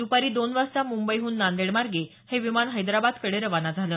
दुपारी दोन वाजता मुंबईहन नांदेडमार्गे हे विमान हैद्राबादकडे रवाना झालं